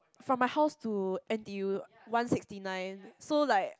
from my house to N_T_U one sixty nine so like